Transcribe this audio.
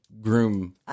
groom